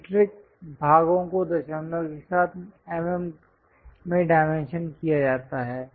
metric भागों को दशमलव के साथ mm में डायमेंशन किया जाता है